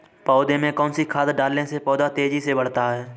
पौधे में कौन सी खाद डालने से पौधा तेजी से बढ़ता है?